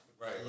Right